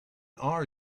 are